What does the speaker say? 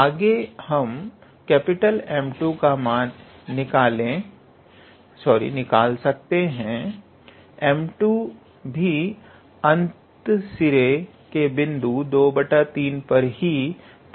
आगे हम 𝑀2 का मान निकाल सकते हैं 𝑀2 भी अंत सिरे के बिंदु 23 पर ही प्राप्त होगा